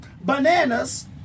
Bananas